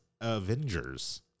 Avengers